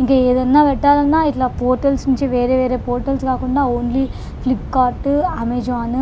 ఇంక ఏదన్నా పెట్టాలన్నా ఇట్లా పోర్టల్స్ నుంచి వేరే వేరే పోర్టల్స్ కాకుండా ఓన్లీ ఫ్లిప్కార్టు అమెజాన్